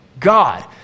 God